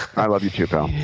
i love you, too, pal.